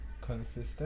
consistent